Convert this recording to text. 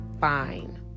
fine